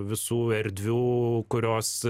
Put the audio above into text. visų erdvių kurios